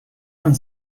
and